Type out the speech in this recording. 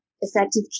effective